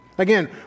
Again